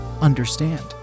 Understand